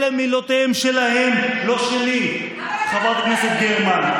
אלה מילותיהם שלהם, לא שלי, חברת הכנסת גרמן.